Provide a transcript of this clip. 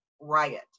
riot